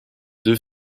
deux